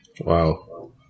Wow